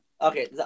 Okay